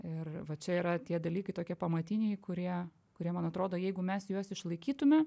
ir va čia yra tie dalykai tokie pamatiniai kurie kurie man atrodo jeigu mes juos išlaikytume